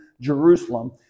Jerusalem